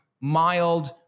mild